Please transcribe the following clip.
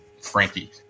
Frankie